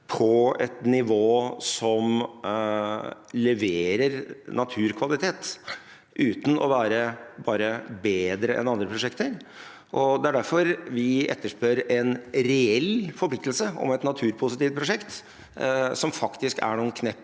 på et nivå som leverer naturkvalitet uten å bare være bedre enn andre prosjekter. Det er derfor vi etterspør en reell forpliktelse om et naturpositivt prosjekt som faktisk er noen knepp